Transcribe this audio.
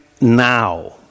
now